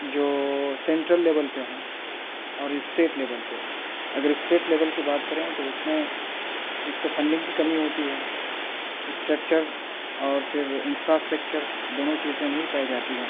جو central level پہ ہیں اور اسٹیٹ لیول پہ اگر اسٹیٹ لیول کی بات کریں تو اس میں ایک تو فنڈنگ کی کمی ہوتی ہے اسٹریکچر اور پھر انفراسٹیکچر دونوں چیزیں نہیں پائی جاتی ہیں